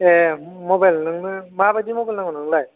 ए mobile नोंनो माबायदि mobile नांगौ नोंनोलाय